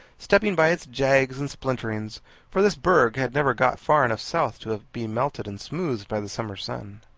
stepping by its jags and splintering for this berg had never got far enough south to be melted and smoothed by the summer sun.